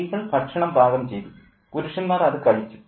സ്ത്രീകൾ ഭക്ഷണം പാചകം ചെയ്തു പുരുഷന്മാർ അത് കഴിച്ചു